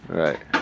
right